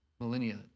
millennia